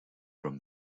from